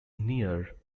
near